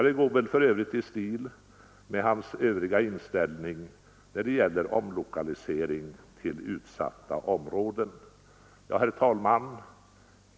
Det går för övrigt i stil med hans allmänna inställning när det gäller omlokalisering till utsatta områden. Herr talman!